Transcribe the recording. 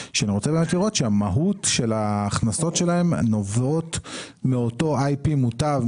שהמהות של ההכנסות שלהן נובע מהותו IP מוטב,